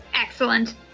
Excellent